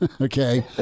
okay